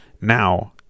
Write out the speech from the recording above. Now